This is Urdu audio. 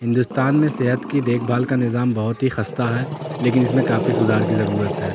ہندوستان میں صحت کی دیکھ بھال کا نظام بہت ہی خستہ ہے لیکن اس میں کافی سدھار کی ضرورت ہے